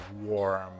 warm